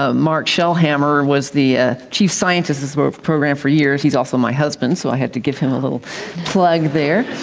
ah mark shelhamer was the ah chief scientist on the sort of program for years, he's also my husband, so i had to give him a little plug there.